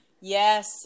Yes